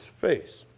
face